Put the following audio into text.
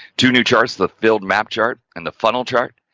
two new charts, the filled map chart and the funnel chart,